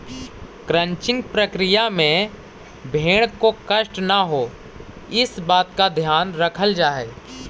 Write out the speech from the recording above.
crutching प्रक्रिया में भेंड़ को कष्ट न हो, इस बात का ध्यान रखल जा हई